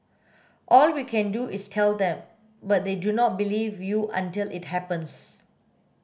all we can do is tell them but they do not believe you until it happens